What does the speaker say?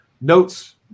notes